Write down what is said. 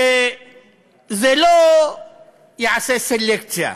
שזה לא יעשה סלקציה,